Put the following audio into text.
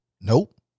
Nope